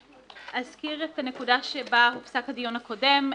אזכיר את הנקודה שבה הופסק הדיון הקודם.